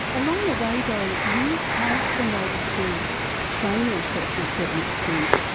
along the way though you have been able to train yourself to a certain extent,